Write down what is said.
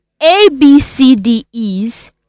ABCDEs